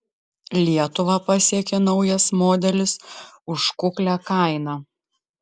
lietuvą pasiekė naujas modelis už kuklią kainą